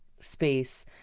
space